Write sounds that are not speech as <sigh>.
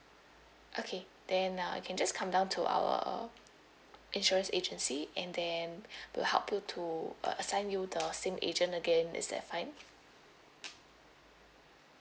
okay then uh you can just come down to our insurance agency and then <breath> we'll help you to uh assign you the same agent again is that fine